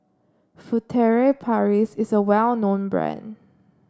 Furtere Paris is a well known brand